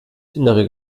innere